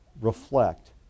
reflect